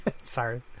Sorry